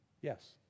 Yes